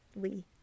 Lee